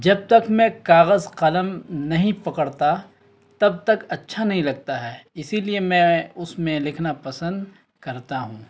جب تک میں کاغذ قلم نہیں پکڑتا تب تک اچھا نہیں لگتا ہے اسی لیے میں اس میں لکھنا پسند کرتا ہوں